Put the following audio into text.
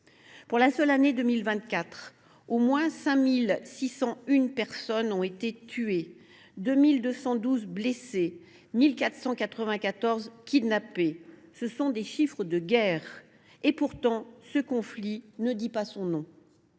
pour la seule année 2024, au moins 5 601 personnes ont été tuées, 2 212 blessées et 1 494 kidnappées. Ce sont des chiffres de temps de guerre. Et pourtant, ce conflit ne dit pas son nom.